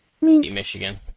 Michigan